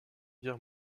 guerre